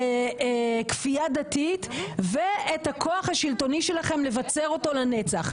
כפייה דתית ואת הכוח השלטוני שלכם לבצר אותו לנצח.